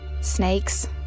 Snakes